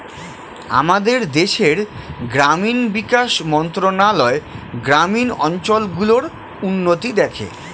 আমাদের দেশের গ্রামীণ বিকাশ মন্ত্রণালয় গ্রামীণ অঞ্চল গুলোর উন্নতি দেখে